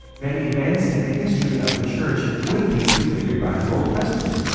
then events in the history of the church would be prefigured by the old testament.